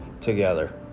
together